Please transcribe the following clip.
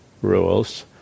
rules